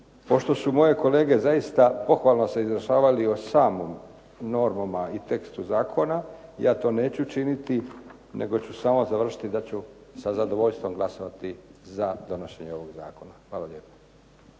Pošto su moje kolege zaista pohvalno se izjašnjavali se o samom normama i tekstu zakona ja to neću činiti nego ću samo završiti i da ću sa zadovoljstvom glasovati za donošenje ovog zakona. Hvala lijepo.